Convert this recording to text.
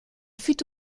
fut